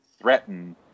threaten